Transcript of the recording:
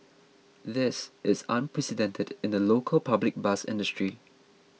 this is unprecedented in the local public bus industry